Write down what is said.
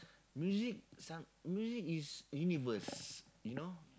music some music is universe you know